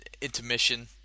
intermission